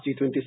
G20